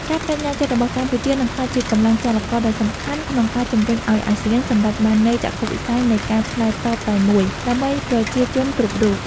ការប្តេជ្ញាចិត្តរបស់កម្ពុជានឹងក្លាយជាកម្លាំងចលករដ៏សំខាន់ ក្នុងការជំរុញឱ្យអាស៊ានសម្រេចបាននូវចក្ខុវិស័យនៃការឆ្លើយតបតែមួយ ដើម្បីប្រជាជនគ្រប់រូប។